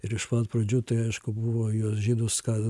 ir iš pat pradžių tai aišku buvo jos žydus ką